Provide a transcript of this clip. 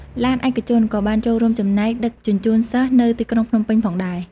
ឡានឯកជនក៏បានចូលរួមចំណែកដឹកជញ្ជូនសិស្សនៅទីក្រុងភ្នំពេញផងដែរ។